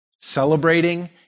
Celebrating